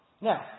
Now